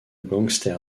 gangster